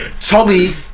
Tommy